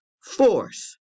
force